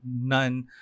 none